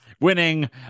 Winning